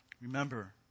Remember